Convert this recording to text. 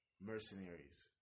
mercenaries